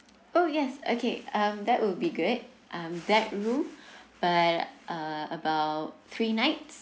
oh yes okay um that would be good um that room but uh about three nights